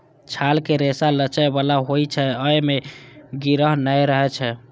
छालक रेशा लचै बला होइ छै, अय मे गिरह नै रहै छै